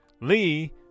Lee